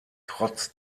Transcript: trotz